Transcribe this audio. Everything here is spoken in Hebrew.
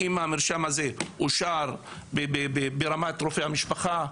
האם המרשם הזה אושר ברמת רופא המשפחה?